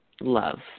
love